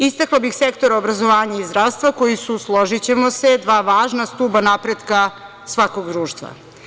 Istakla bih sektor obrazovanja i zdravstva, koji su, složićemo se, dva važna stuba napretka svakog društva.